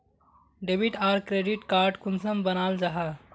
Debit आर credit card कुंसम बनाल जाहा?